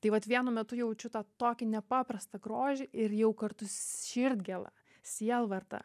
tai vat vienu metu jaučiu tą tokį nepaprastą grožį ir jau kartu s širdgėlą sielvartą